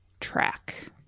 track